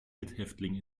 mithäftling